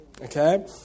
Okay